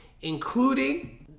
including